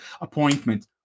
appointment